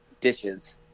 dishes